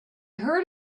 heard